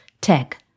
tech